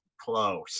close